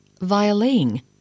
Violin